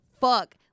fuck